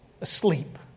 asleep